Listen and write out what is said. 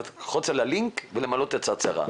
ללחוץ על הלינק ולמלא הצהרה.